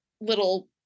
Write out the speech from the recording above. little